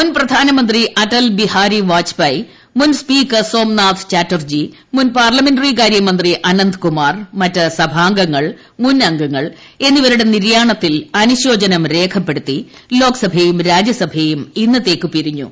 മുൻപ്രധാനമന്ത്രി അടൽബിഹാരി വാജ്പ്യ് മുൻ സ്പീക്കർ സോംനാഥ് ചാറ്റർജി മുൻ പാർലമെന്ററി കാരൃ മന്ത്രി അനന്ത്കുമാർ മറ്റ് സഭാംഗങ്ങൾ മുൻ അംഗങ്ങൾ എന്നിവരുടെ നിര്യാണത്തിൽ അനുശോചനം രേഖപ്പെടുത്തി ലോക്സഭയും രാജ്യസഭയും ഇന്നത്തേയ്ക്ക് പിരിഞ്ഞു